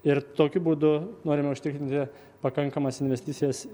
ir tokiu būdu norime užtikrinti pakankamas investicijas